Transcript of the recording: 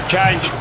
change